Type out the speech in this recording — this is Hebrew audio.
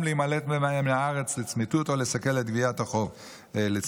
להימלט מהארץ לצמיתות או לסכל את גביית החוב לצמיתות.